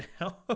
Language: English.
now